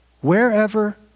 Wherever